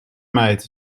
meid